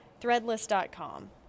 Threadless.com